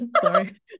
sorry